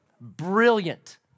Brilliant